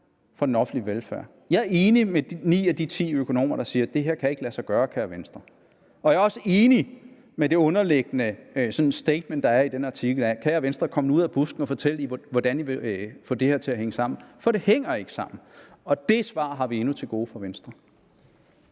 for den offentlige velfærd. Jeg er enig med ni af de ti økonomer, der siger, at det her ikke kan lade sig gøre, og jeg også enig med det underliggende statement, der er i den artikel med: Kære Venstre, kom nu ud af busken og fortæl, hvordan I vil få det her til at hænge sammen, for det hænger ikke sammen. Det svar har vi endnu til gode fra Venstre.